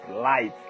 life